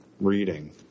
reading